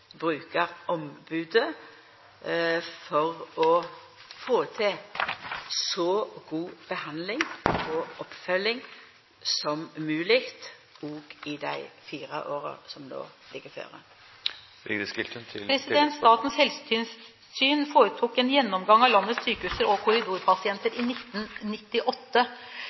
for å få til så god behandling og oppfølging som mogleg òg i dei fire åra som ligg føre. Statens helsetilsyn foretok en gjennomgang av landets sykehus og korridorpasienter i 1998